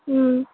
మ్మ్